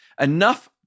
enough